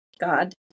God